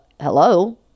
Hello